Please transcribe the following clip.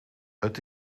het